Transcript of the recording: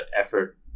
effort